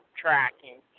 tracking